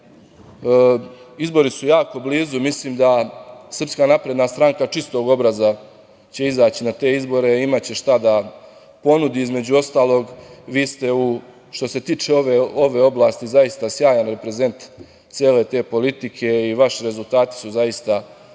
izbori su jako blizu. Mislim da će SNS čistog obraza izaći na te izbore, imaće šta da ponudi. Između ostalog, vi ste što se tiče ove oblasti zaista sjajan reprezent cele te politike i vaši rezultati su zaista za